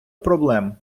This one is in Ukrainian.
проблем